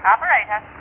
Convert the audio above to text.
Operator